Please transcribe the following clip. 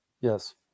yes